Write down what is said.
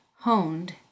honed